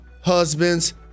husbands